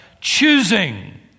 choosing